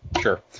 sure